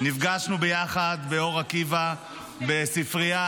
נפגשנו ביחד באור עקיבא בספרייה,